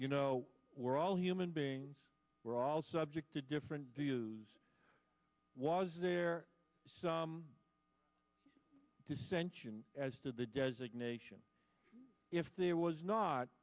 you know we're all human beings we're all subject to different views was there some dissension as to the designation if there was not